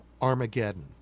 Armageddon